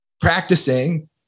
practicing